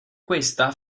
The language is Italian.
questa